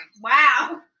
Wow